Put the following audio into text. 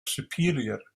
superior